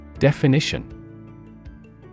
Definition